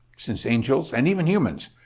since angels, and even humans,